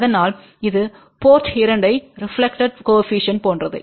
அதனால் இது போர்ட் 2 இல் ரெப்லக்க்ஷன் போன்றது